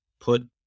put